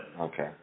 okay